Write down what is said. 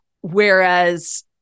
Whereas